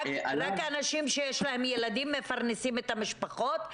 רק אנשים שיש להם ילדים מפרנסים את המשפחות?